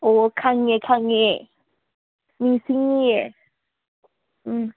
ꯑꯣ ꯈꯪꯉꯦ ꯈꯪꯉꯦ ꯅꯤꯡꯁꯤꯡꯏꯌꯦ ꯎꯝ